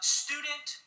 student